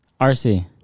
RC